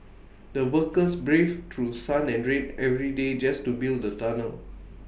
the workers brave through sun and rain every day just to build the tunnel